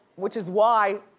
which is why,